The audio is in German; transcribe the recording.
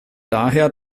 daher